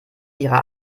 ihrer